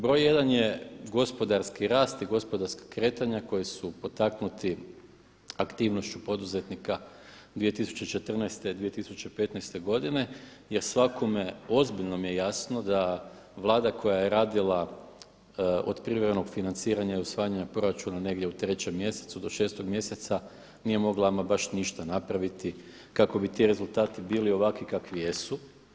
Broj jedan je gospodarski rast i gospodarska kretanja koja su potaknuti aktivnošću poduzetnika 2014., 2015. godine jer svakome ozbiljnom je jasno da vlada koja je radila od privremenog financiranja i usvajanja proračuna negdje u trećem mjesecu do šestog mjeseca nije mogla ama baš ništa napraviti kako bi ti rezultati bili ovakvi kakvi jesu.